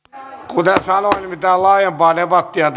kuten sanoin mitään laajempaa debattia